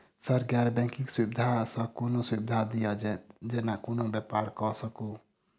Sir गैर banking सुविधा सँ कोनों सुविधा दिए जेना कोनो व्यापार करऽ सकु?